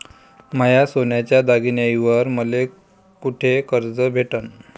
माया सोन्याच्या दागिन्यांइवर मले कुठे कर्ज भेटन?